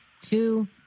two